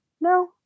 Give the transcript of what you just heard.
No